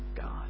God